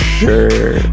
sure